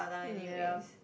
mm yup